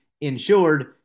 insured